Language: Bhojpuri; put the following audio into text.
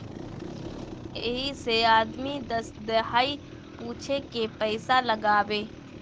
यही से आदमी दस दहाई पूछे के पइसा लगावे